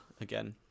again